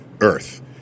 Earth